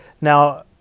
now